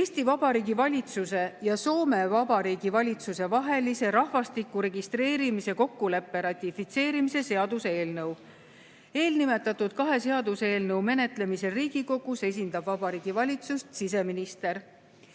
Eesti Vabariigi valitsuse ja Soome Vabariigi valitsuse vahelise rahvastiku registreerimise kokkuleppe ratifitseerimise seaduse eelnõu. Eelnimetatud kahe seaduseelnõu menetlemisel Riigikogus esindab Vabariigi Valitsust siseminister.